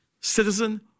citizen